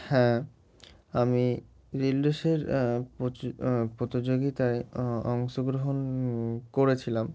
হ্যাঁ আমি রিলে রেসের প্রতিযোগিতায় অংশগ্রহণ করেছিলাম